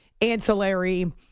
ancillary